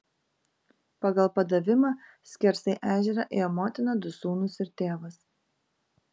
pagal padavimą skersai ežerą ėjo motina du sūnūs ir tėvas